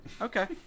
Okay